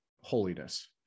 holiness